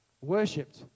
Worshipped